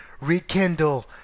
rekindle